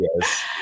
Yes